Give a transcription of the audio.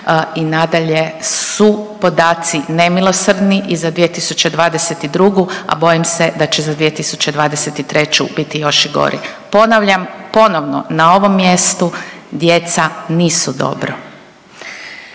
i nadalje su podaci nemilosrdni i za 2022., a bojim se da će za 2023. biti još i gori. Ponavljam ponovno na ovo mjestu, djeca nisu dobro.